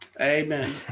Amen